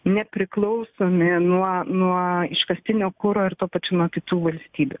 nepriklausomi nuo nuo iškastinio kuro ir tuo pačiu nuo kitų valstybių